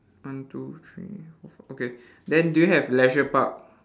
one two three four fi~ okay then do you have leisure park